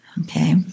Okay